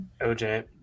oj